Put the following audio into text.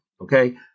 okay